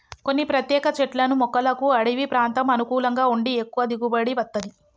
కొన్ని ప్రత్యేక చెట్లను మొక్కలకు అడివి ప్రాంతం అనుకూలంగా ఉండి ఎక్కువ దిగుబడి వత్తది